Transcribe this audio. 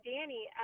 Danny